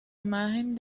imagen